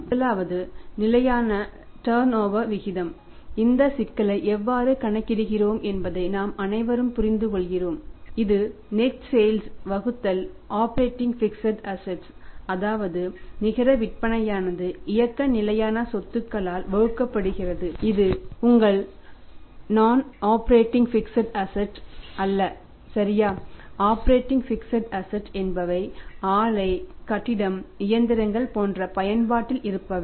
முதலாவது நிலையான சொத்து டர்நோவர என்பவை ஆலை கட்டிடம் இயந்திரங்கள் போன்ற பயன்பயன்பாட்டில் இருப்பவை